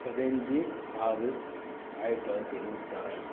பதினஞ்சு ஆறு ஆயிரத்து தொளாயிரத்து எழுவத்தி ஆறு